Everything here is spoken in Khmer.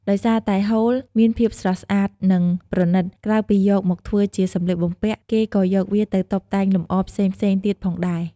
ដោយសារតែហូលមានភាពស្រស់ស្អាត និងប្រណីត ក្រៅពីយកមកធ្វើជាសម្លៀកបំពាក់ គេក៏យកវាទៅតុបតែងលម្អផ្សេងៗទៀតផងដែរ។